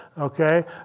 okay